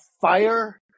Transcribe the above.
fire